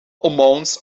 amounts